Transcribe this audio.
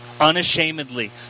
unashamedly